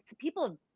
people